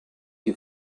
you